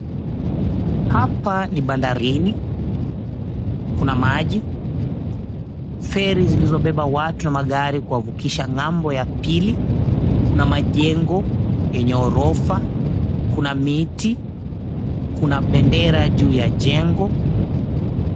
Hapa ni bandarini. Kuna maji, feri zilizobeba watu na magari kuwavukisha ng'ambo ya pili. Kuna majengo yenye orofa, kuna miti, kuna bendera juu ya jengo.